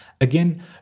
Again